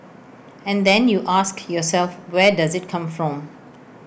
and then you ask yourself where does IT come from